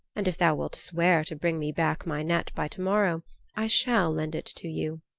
and if thou wilt swear to bring me back my net by tomorrow i shall lend it to you.